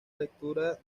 lectura